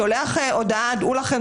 שולח הודעה: "דעו לכם,